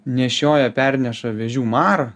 nešioja perneša vėžių marą